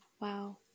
Wow